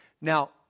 Now